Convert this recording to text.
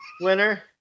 winner